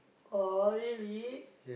oh really